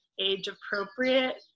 age-appropriate